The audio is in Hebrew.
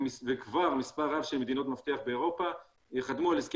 וכבר מספר רב של מדינות מפתח באירופה חתמו על הסכם